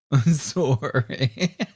Sorry